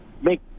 make